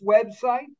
website